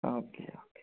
okay okay